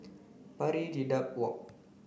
Pari Dedap Walk